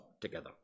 together